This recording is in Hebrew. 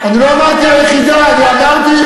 זו הייתה החלטת ממשלה שהתנתה את קבלתם,